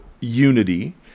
unity